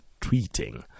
tweeting